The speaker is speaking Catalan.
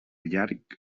llarg